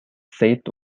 said